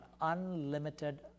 unlimited